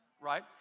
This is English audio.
right